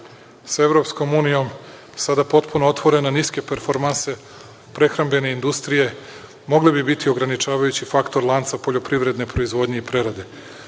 je trgovina sa EU sada potpuno otvorena, niske performanse prehrambene industrije mogle bi biti ograničavajući faktor lanca poljoprivredne proizvodnje i prerade.U